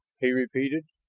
he repeated.